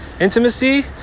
intimacy